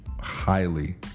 highly